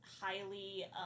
highly